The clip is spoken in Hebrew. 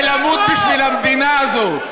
אל תלמדו אותי מה זה למות בשביל המדינה הזאת.